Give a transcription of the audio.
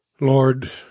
Lord